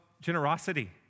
generosity